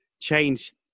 change